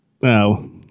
no